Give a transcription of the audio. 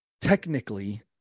technically